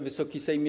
Wysoki Sejmie!